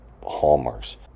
hallmarks